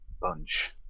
bunch